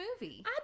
movie